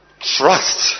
trust